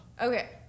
okay